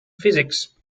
physics